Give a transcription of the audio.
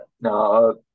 No